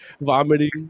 vomiting